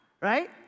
right